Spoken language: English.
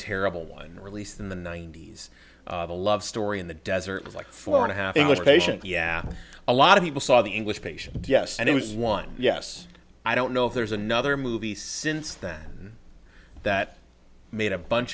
terrible one released in the ninety's the love story in the desert was like florida half english patient yeah a lot of people saw the english patient yes and it was one yes i don't know if there's another movie since then that made a bunch